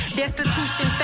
destitution